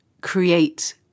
create